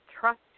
trust